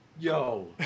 Yo